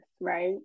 right